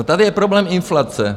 Tady je problém inflace.